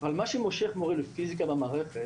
אבל מה שמושך מורה לפיזיקה למערכת